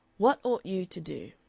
what ought you to do?